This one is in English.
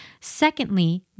Secondly